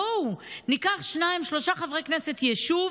בואו ניקח שניים-שלושה חברי כנסת יישוב,